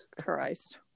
Christ